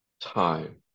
time